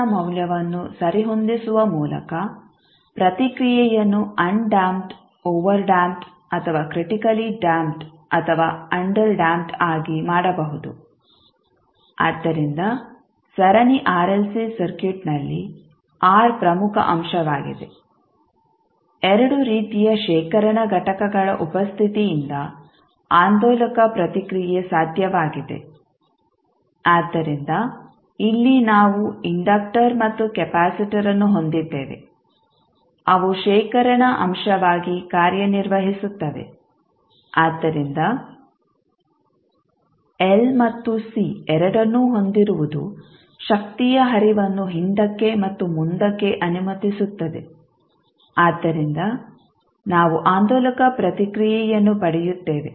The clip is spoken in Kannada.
Rನ ಮೌಲ್ಯವನ್ನು ಸರಿಹೊಂದಿಸುವ ಮೂಲಕ ಪ್ರತಿಕ್ರಿಯೆಯನ್ನು ಆನ್ ಡ್ಯಾಂಪ್ಡ್ ಓವರ್ ಡ್ಯಾಂಪ್ಡ್ ಅಥವಾ ಕ್ರಿಟಿಕಲಿ ಡ್ಯಾಂಪ್ಡ್ ಅಥವಾ ಅಂಡರ್ ಡ್ಯಾಂಪ್ಡ್ ಆಗಿ ಮಾಡಬಹುದು ಆದ್ದರಿಂದ ಸರಣಿ ಆರ್ಎಲ್ಸಿ ಸರ್ಕ್ಯೂಟ್ ನಲ್ಲಿ R ಪ್ರಮುಖ ಅಂಶವಾಗಿದೆ ಎರಡು ರೀತಿಯ ಶೇಖರಣಾ ಘಟಕಗಳ ಉಪಸ್ಥಿತಿಯಿಂದ ಆಂದೋಲಕ ಪ್ರತಿಕ್ರಿಯೆ ಸಾಧ್ಯವಾಗಿದೆ ಆದ್ದರಿಂದ ಇಲ್ಲಿ ನಾವು ಇಂಡಕ್ಟರ್ ಮತ್ತು ಕೆಪಾಸಿಟರ್ ಅನ್ನು ಹೊಂದಿದ್ದೇವೆ ಅವು ಶೇಖರಣಾ ಅಂಶವಾಗಿ ಕಾರ್ಯನಿರ್ವಹಿಸುತ್ತವೆ ಆದ್ದರಿಂದ L ಮತ್ತು C ಎರಡನ್ನೂ ಹೊಂದಿರುವುದು ಶಕ್ತಿಯ ಹರಿವನ್ನು ಹಿಂದಕ್ಕೆ ಮತ್ತು ಮುಂದಕ್ಕೆ ಅನುಮತಿಸುತ್ತದೆ ಅದರಿಂದ ನಾವು ಆಂದೋಲಕ ಪ್ರತಿಕ್ರಿಯೆಯನ್ನು ಪಡೆಯುತ್ತೇವೆ